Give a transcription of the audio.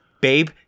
babe